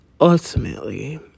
ultimately